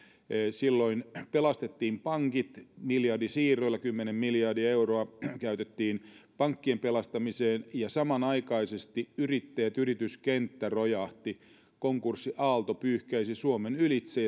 silloin pelastettiin pankit miljardisiirroilla kymmenen miljardia euroa käytettiin pankkien pelastamiseen ja samanaikaisesti yrittäjät yrityskenttä rojahti konkurssiaalto pyyhkäisi suomen ylitse